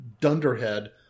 dunderhead –